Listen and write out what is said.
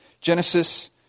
Genesis